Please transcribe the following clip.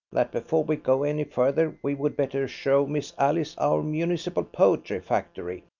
that before we go any further we would better show miss alice our municipal poetry factory.